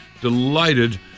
delighted